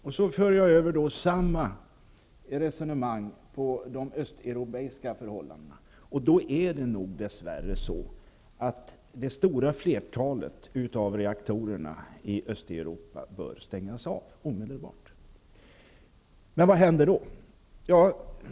Jag för därför över samma resonemang på de östeuropeiska förhållandena, och då är det nog dess värre på det sättet att det stora flertalet av reaktorerna där bör stängas av omedelbart. Men vad händer då?